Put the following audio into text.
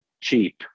cheap